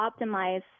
optimize